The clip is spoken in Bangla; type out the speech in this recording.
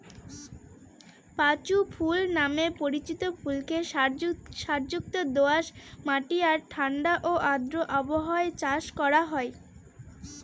পাঁচু ফুল নামে পরিচিত ফুলকে সারযুক্ত দোআঁশ মাটি আর ঠাণ্ডা ও আর্দ্র আবহাওয়ায় চাষ করা হয়